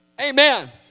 Amen